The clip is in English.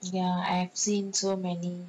ya I've seen so many